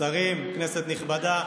שרים, כנסת נכבדה,